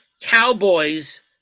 Cowboys